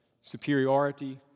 superiority